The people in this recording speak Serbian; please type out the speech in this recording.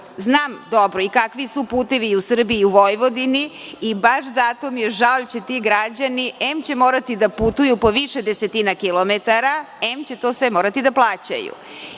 dobro i kakvi su putevi i u Srbiji i Vojvodini i baš zato mi je žao jer ti građani, em će morati da putuju po više desetina kilometara, em će to sve morati da plaćaju.